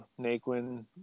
Naquin